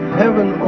heaven